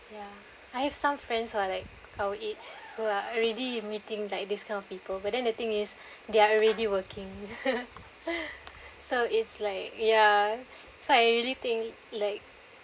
ya I have some friends lah like our age who are already meeting like this kind of people but then the thing is they are already working so it's like ya so I really think like